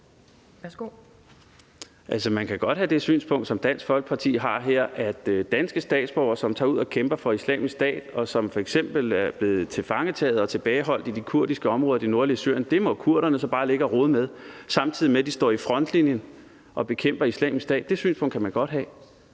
Man kan godt have det synspunkt, som Dansk Folkeparti har her, nemlig at danske statsborgere, som tager ud og kæmper for Islamisk Stat, og som f.eks. er blevet taget til fange og tilbageholdt i de kurdiske områder og i det nordlige Syrien, må kurderne så bare ligge og rode med, samtidig med at de står i frontlinjen og bekæmper Islamisk Stat. Det synspunkt kan man godt have.